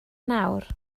nawr